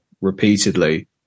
repeatedly